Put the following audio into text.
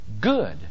Good